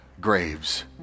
graves